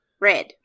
Red